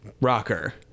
rocker